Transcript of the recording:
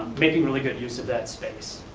making really good use of that space.